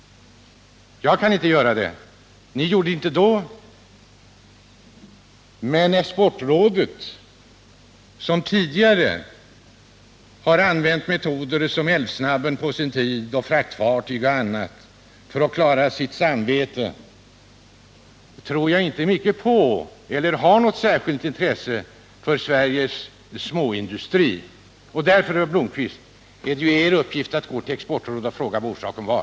Jag tror inte mycket på Exportrådet, som tidigare har använt metoder som Älvsnabben, fraktfartyg och annat för att klara sitt samvete. Jag tror inte att man har något särskilt intresse för Sveriges småindustri. Det är därför, herr Blomkvist, er uppgift att vända er till Exportrådet och fråga om dessa orsaker.